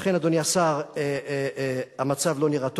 לכן, אדוני השר, המצב לא נראה טוב.